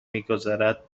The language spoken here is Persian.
میگذرد